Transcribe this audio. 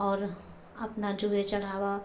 और अपना जो है चढ़ावा